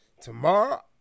Tomorrow